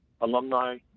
alumni